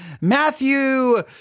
Matthew